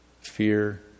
fear